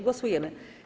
Głosujemy.